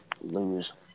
lose